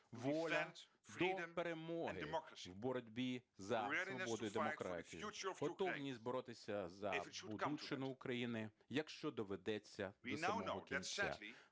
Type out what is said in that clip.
воля до перемоги в боротьбі за свободу і демократію, готовність боротися за будучину України, якщо доведеться, до самого кінця.